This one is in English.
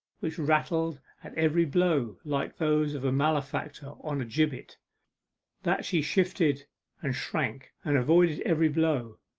which rattled at every blow like those of a malefactor on a gibbet that she shifted and shrank and avoided every blow,